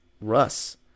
Russ